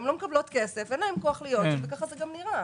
לא מקבלות כסף, אין להן כוח להיות וכך זה נראה.